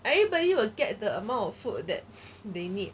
everybody you will get the amount of food that they need